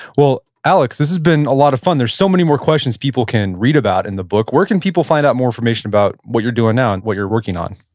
well, alex, alex, this has been a lot of fun. there's so many more questions people can read about in the book. where can people find out more information about what you're doing now and what your working on?